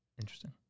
Interesting